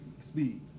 Speed